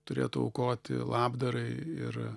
turėtų aukoti labdarai ir